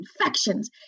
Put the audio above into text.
infections